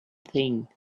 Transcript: thing